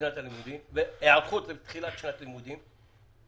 הלימודים והיערכות לתחילת שנת לימודים,